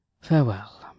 Farewell